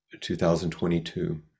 2022